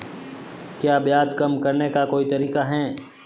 क्या ब्याज कम करने का कोई तरीका है?